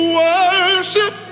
worship